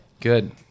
Good